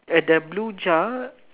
at the blue jar